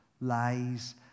lies